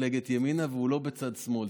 מפלגת ימינה, והוא לא בצד שמאל.